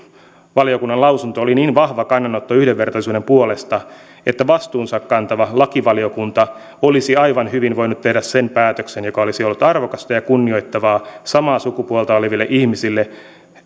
valiokunnan lausunto oli niin vahva kannanotto yhdenvertaisuuden puolesta että vastuunsa kantava lakivaliokunta olisi aivan hyvin voinut tehdä päätöksen mikä olisi ollut arvokasta ja kunnioittavaa samaa sukupuolta oleville ihmisille